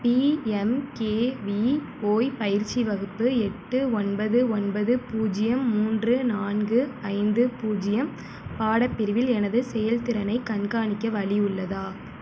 PMKVY பயிற்சி வகுப்பு எட்டு ஒன்பது ஒன்பது பூஜ்ஜியம் மூன்று நான்கு ஐந்து பூஜ்ஜியம் பாடப்பிரிவில் எனது செயல்திறனைக் கண்காணிக்க வழி உள்ளதா